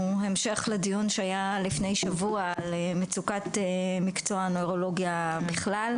הוא המשך לדיון שהיה לפני שבוע על מצוקת מקצוע הנוירולוגיה בכלל.